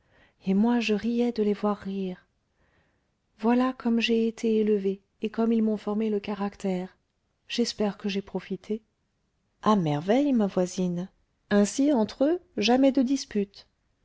et moi je riais de les voir rire voilà comme j'ai été élevée et comme ils m'ont formé le caractère j'espère que j'ai profité à merveille ma voisine ainsi entre eux jamais de disputes